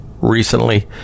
recently